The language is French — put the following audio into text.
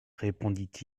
répondit